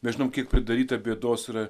nežinau kiek pridaryta bėdos yra